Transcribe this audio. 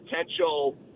potential